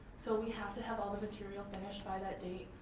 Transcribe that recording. so we have to have all the material finished by that date,